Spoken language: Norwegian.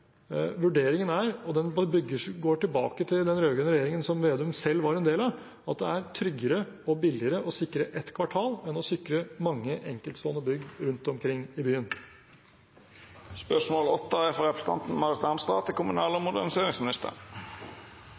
Vurderingen er, og den går tilbake til den rød-grønne regjeringen som Slagsvold Vedum selv var en del av, at det er tryggere og billigere å sikre ett kvartal, enn å sikre mange enkeltstående bygg rundt omkring i byen. Jeg har følgende spørsmål